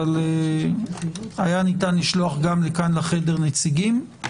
אבל ניתן היה לשלוח כאן לחדר נציגים.